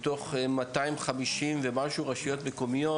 מתוך 250 ומשהו רשויות מקומיות